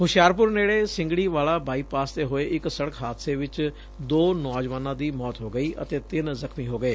ਹੁਸ਼ਿਆਰਪੁਰ ਨੇੜੇ ਸਿੰਗੜੀ ਵਾਲਾ ਬਾਈਪਾਸ ਤੇ ਹੋਏ ਇਕ ਸੜਕ ਹਾਦਸੇ ਚ ਦੋ ਨੌਜਵਾਨਾਂ ਦੀ ਮੌਤ ਹੋ ਗਈ ਅਤੇ ਤਿੰਨ ਜ਼ਖ਼ਮੀ ਹੋ ਗਏ